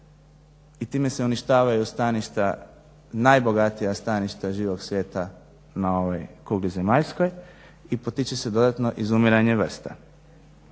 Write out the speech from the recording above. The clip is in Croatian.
i time se uništavaju staništa, najbogatija staništa živog svijeta na ovoj kugli zemaljskoj i potiče se dodatno izumiranje vrsta.